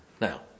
now